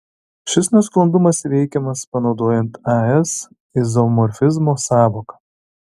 šis nesklandumas įveikiamas panaudojant as izomorfizmo sąvoką